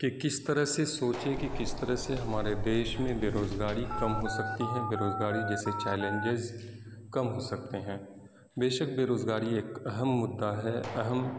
کہ کس طرح سے سوچیں کہ کس طرح سے ہمارے دیس میں بےروزگاری کم ہو سکتی ہیں بےروزگاری جیسے چیلنجز کم ہو سکتے ہیں بےشک بےروزگاری ایک اہم مدعا ہے اہم